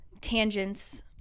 tangents